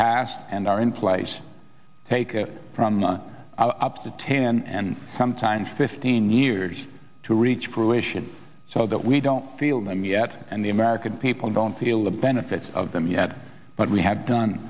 passed and are in place from the up to ten and sometimes fifteen years to reach fruition so that we don't feel them yet and the american people don't feel the benefits of them yet but we have done